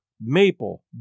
maple